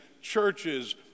churches